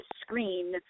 screen